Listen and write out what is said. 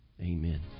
Amen